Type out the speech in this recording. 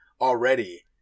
already